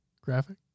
graphic